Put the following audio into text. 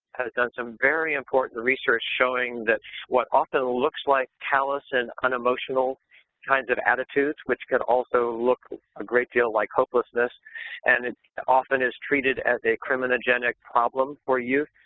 has done some very important research showing that what often looks like callous and unemotional kinds of attitudes, which could look a great deal like hopelessness and it often is treated as a criminogenic problem for youth,